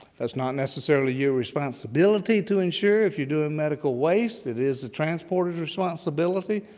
it's not necessarily your responsibility to ensure if you're doing medical waste. it is the transporter's responsibility,